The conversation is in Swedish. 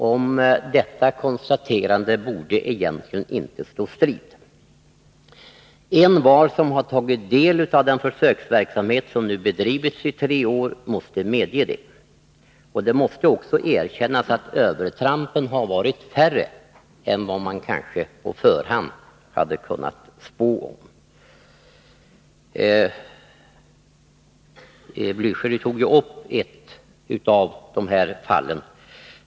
Om detta konstaterande borde det egentligen inte stå någon strid. Envar som tagit del av den försöksverksamhet som nu bedrivits i tre år måste medge det. Det måste också erkännas att övertrampen varit färre än vad man kanske på förhand hade kunnat spå om. Raul Blächer tog upp ett av dessa fall.